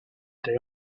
their